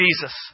Jesus